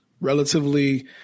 Relatively